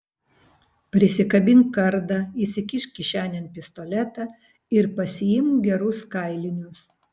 prisikabink kardą įsikišk kišenėn pistoletą ir pasiimk gerus kailinius